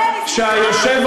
שהיושב,